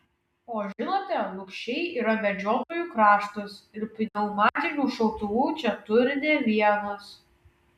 o žinote lukšiai yra medžiotojų kraštas ir pneumatinių šautuvų čia turi ne vienas